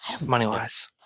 money-wise